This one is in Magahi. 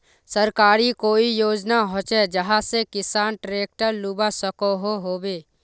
सरकारी कोई योजना होचे जहा से किसान ट्रैक्टर लुबा सकोहो होबे?